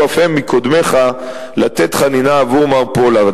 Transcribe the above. אף הם מקודמיך לתת חנינה עבור מר פולארד.